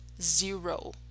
Zero